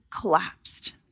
collapsed